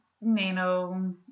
nano